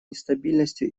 нестабильностью